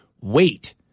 wait